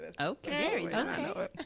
Okay